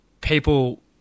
people